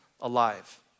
alive